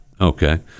okay